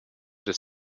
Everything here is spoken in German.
des